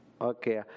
okay